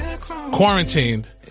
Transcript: quarantined